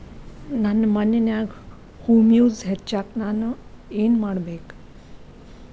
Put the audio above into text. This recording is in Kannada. ನನ್ನ ಮಣ್ಣಿನ್ಯಾಗ್ ಹುಮ್ಯೂಸ್ ಹೆಚ್ಚಾಕ್ ನಾನ್ ಏನು ಮಾಡ್ಬೇಕ್?